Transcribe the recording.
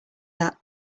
that